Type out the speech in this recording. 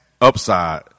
upside